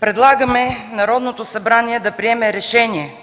Предлагаме Народното събрание да приеме решение